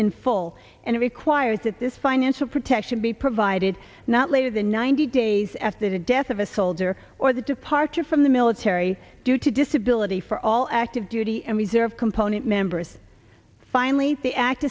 in full and requires that this financial protection be provided not later than ninety days after the death of a soldier or the departure from the military due to disability for all active duty and reserve component members finally the act